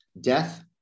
death